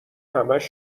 همش